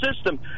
system